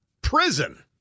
prison